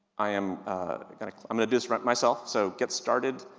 i'm going to, i'm going to disrupt myself, so get started.